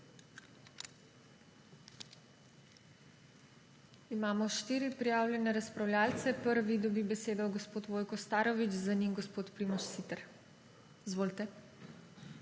Imamo štiri prijavljene razpravljavce. Prvi dobi besedo gospod Vojko Starović, za njim gospod Primož Siter. Izvolite.